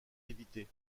éviter